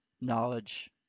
knowledge